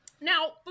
Now